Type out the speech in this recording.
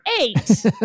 eight